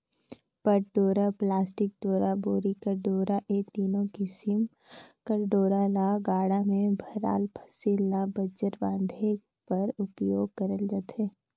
पट डोरा, पलास्टिक डोरा, बोरी कर डोरा ए तीनो किसिम कर डोरा ल गाड़ा मे भराल फसिल ल बंजर बांधे बर उपियोग करल जाथे